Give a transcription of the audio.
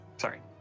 Sorry